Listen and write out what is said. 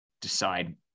decide